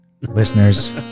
listeners